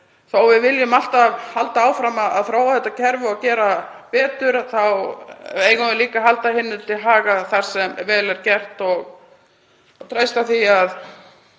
að við viljum alltaf halda áfram að þróa þetta kerfi og gera betur þá eigum við líka að halda því til haga sem vel er gert og treysta því að